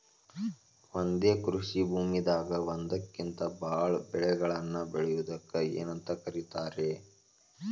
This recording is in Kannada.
ಒಂದೇ ಕೃಷಿ ಭೂಮಿದಾಗ ಒಂದಕ್ಕಿಂತ ಭಾಳ ಬೆಳೆಗಳನ್ನ ಬೆಳೆಯುವುದಕ್ಕ ಏನಂತ ಕರಿತಾರೇ?